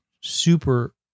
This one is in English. super